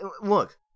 look